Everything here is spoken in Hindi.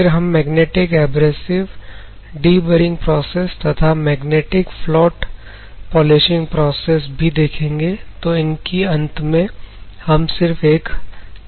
फिर हम मैग्नेटिक एब्रेसिव डीबरिंग प्रोसेस तथा मैग्नेटिक फ्लोट पॉलिशिंग प्रोसेस भी देखेंगे तो इनकी अंत में हम सिर्फ एक झलक दिखते हैं